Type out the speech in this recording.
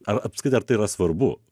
ar apskritai ar tai yra svarbu